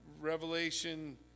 Revelation